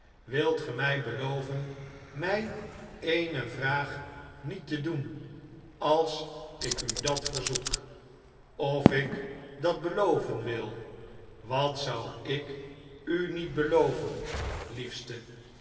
wilt ge mfl beloven mjj eene vraag niet te doen als ik u dat verzoek of ik dat beloven wil wat zou ik u niet beloven liefste